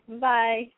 bye